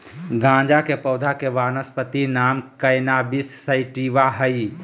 गाँजा के पौधा के वानस्पति नाम कैनाबिस सैटिवा हइ